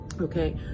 Okay